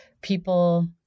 people